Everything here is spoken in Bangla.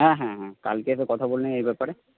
হ্যাঁ হ্যাঁ হ্যাঁ কালকে এসে কথা বলে নিন এই ব্যাপারে